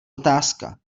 otázka